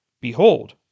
Behold